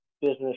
business